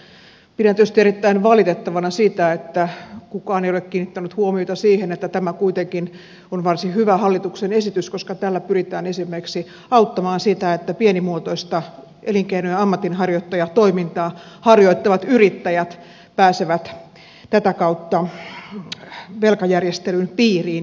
pidän tietysti erittäin valitettavana sitä että kukaan ei ole kiinnittänyt huomiota siihen että tämä kuitenkin on varsin hyvä hallituksen esitys koska tällä pyritään esimerkiksi auttamaan sitä että pienimuotoista elinkeino ja ammatinharjoittajatoimintaa harjoittavat yrittäjät pääsevät tätä kautta velkajärjestelyn piiriin